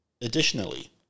Additionally